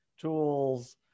tools